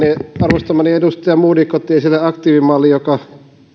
arvostamani edustaja modig otti esille aktiivimallin joka